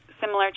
similar